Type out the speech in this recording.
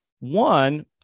One